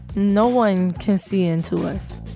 no one can see into us.